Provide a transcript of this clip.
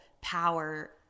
power